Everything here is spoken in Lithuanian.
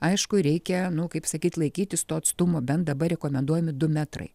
aišku reikia nu kaip sakyt laikytis to atstumo bent dabar rekomenduojami du metrai